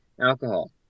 alcohol